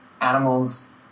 animals